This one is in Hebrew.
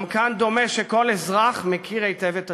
גם כאן דומה שכל אזרח מכיר היטב את התשובה.